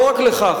לא רק לך,